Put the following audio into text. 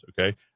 okay